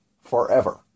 forever